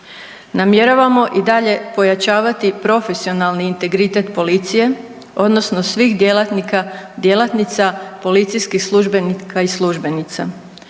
Namjeravamo i dalje pojačavati profesionalni integritet policije odnosno svih djelatnika i djelatnica, policijskih službenika i službenica